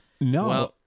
No